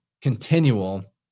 continual